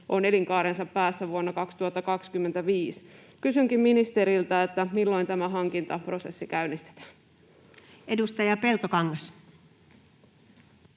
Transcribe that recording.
ovat elinkaarensa päässä vuonna 2025. Kysynkin ministeriltä: milloin tämä hankintaprosessi käynnistetään? [Speech 65]